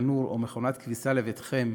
תנור או מכונת כביסה לביתכם